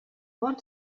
want